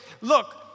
look